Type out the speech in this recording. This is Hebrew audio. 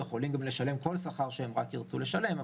יכולים גם לשלם כל שכר שהם רק ירצו לשלם,